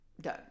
Done